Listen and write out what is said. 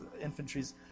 infantry's